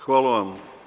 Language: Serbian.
Hvala vam.